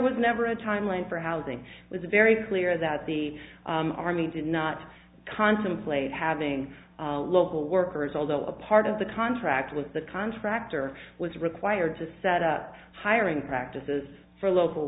was never a timeline for housing was very clear that the army did not contemplate having local workers although a part of the contract with the contractor was required to set up hiring practices for local